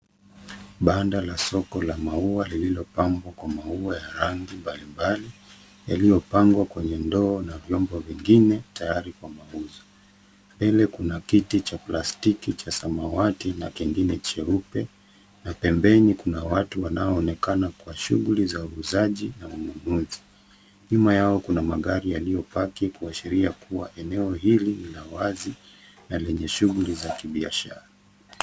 Banda la soko la maua lililopambwa kwa maua ya rangi mbalimbali yaliyopangwa kwenye ndoo na vyombo vingine tayari kwa mafunzo ,ili kuna kiti cha plastiki cha samawati na kingine cheupe na pembeni kuna watu wanaoonekana kwa shughuli za wauzaji na mnunuzi , nyuma yao kuna magari yaliyo paki kuashiria kuwa eneo hili na wazi na lenye shughuli za kibiashara.